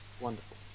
wonderful